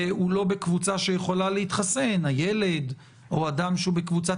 והוא לא בקבוצה שיכולה להתחסן הילד או אדם שהוא בקבוצת